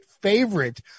favorite